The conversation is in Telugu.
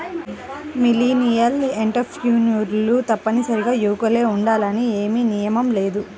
మిలీనియల్ ఎంటర్ప్రెన్యూర్లు తప్పనిసరిగా యువకులే ఉండాలని ఏమీ నియమం లేదు